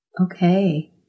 Okay